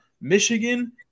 Michigan